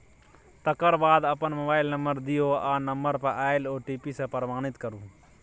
तकर बाद अपन मोबाइल नंबर दियौ आ नंबर पर आएल ओ.टी.पी सँ प्रमाणित करु